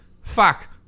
Fuck